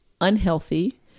unhealthy